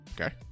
Okay